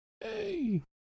Hey